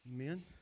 Amen